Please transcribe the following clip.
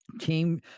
team